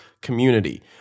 community